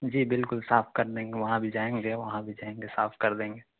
جی بالکل صاف کر دیں گے وہاں بھی جائیں گے وہاں بھی جائیں گے صاف کر دیں گے